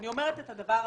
אני אומרת את הדבר הבא.